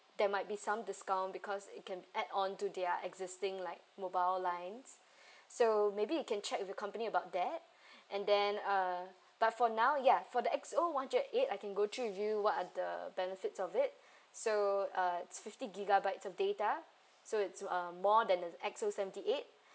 there might be some discount because it can add onto their existing like mobile lines so maybe you can check with your company about that and then uh but for now ya for the X_O hundred and eight I can go through with you what are the benefits of it so uh it's fifty gigabytes of data so it's um more than X_O seventy eight